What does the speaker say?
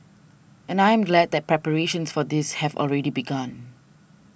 and I am glad that preparations for this have already begun